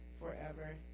forever